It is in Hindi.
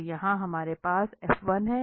तो यहां हमारे पास है